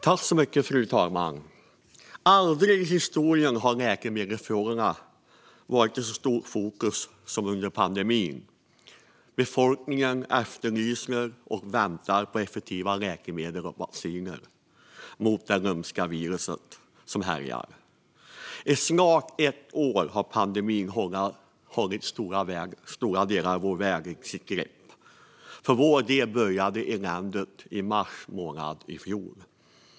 Fru talman! Aldrig tidigare i historien har läkemedelsfrågor varit så mycket i fokus som nu under pandemin. Befolkningen efterlyser och väntar på effektiva läkemedel och vacciner mot det lömska virus som härjar. I snart ett år har pandemin hållit stora delar av världen i sitt grepp. För vår del började eländet i mars månad i fjol.